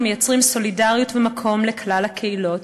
יוצרים סולידריות ומקום לכלל הקהילות,